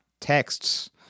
texts